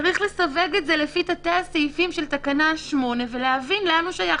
צריך לסווג את זה לפי תתי הסעיפים של תקנה 8 ולהבין לאן הוא שייך.